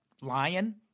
lion